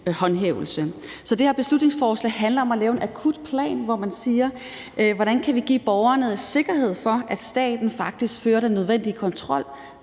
håndhævelse. Så det her beslutningsforslag handler om at lave en akutplan, hvor man siger: Hvordan kan vi give borgerne sikkerhed for, at staten faktisk fører den nødvendige kontrol